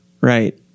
right